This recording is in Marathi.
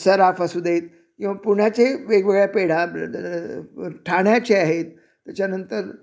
सराफ असू देत किंवा पुण्याचे वेगवेगळ्या पेढा ब द ब ठाण्याचे आहेत त्याच्यानंतर